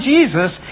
Jesus